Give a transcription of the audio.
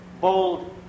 bold